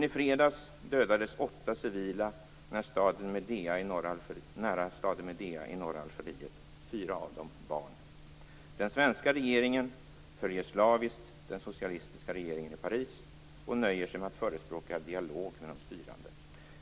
I fredags dödades i varje fall åtta civila nära staten Médéa i norra Algeriet. Fyra av de dödade var barn. Den svenska regeringen följer slaviskt den socialistiska regeringen i Paris och nöjer sig med att förespråka dialog med de styrande.